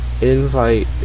Invite